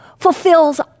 fulfills